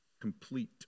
complete